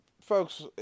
Folks